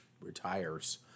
retires